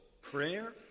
prayer